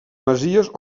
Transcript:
masies